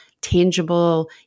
tangible